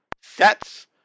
sets